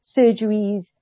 surgeries